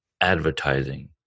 advertising